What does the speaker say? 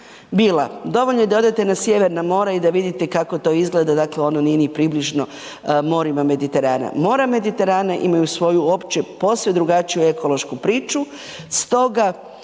bila dovoljno da odete na sjeverna mora i da vidite kako to izgleda, dakle ono nije ni približno morima Mediterana. Mora Mediterana imaju svoju opću posve drugačiju ekološku priču stoga